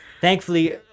Thankfully